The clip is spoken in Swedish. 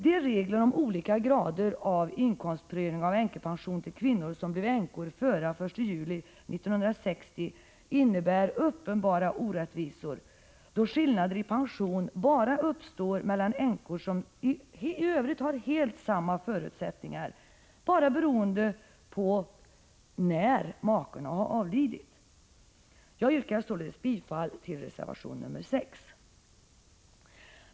De regler om olika grader av inkomstprövning av änkepension till kvinnor som blev änkor före den 1 juli 1960 innebär uppenbara orättvisor, då skillnader i pension bara uppstår mellan änkor som i övrigt har helt lika förutsättningar — skillnaden beror alltså bara på när maken har avlidit. Jag yrkar bifall till reservation nr 6.